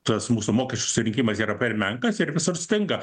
tas mūsų mokesčių surinkimas yra per menkas ir visur stinga